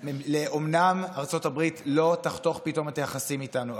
אומנם ארצות הברית לא תחתוך פתאום את היחסים איתנו,